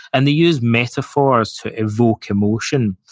and they use metaphors to evoke emotion.